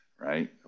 right